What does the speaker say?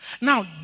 now